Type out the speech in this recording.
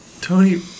Tony